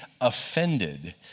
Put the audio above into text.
offended